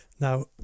Now